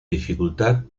dificultad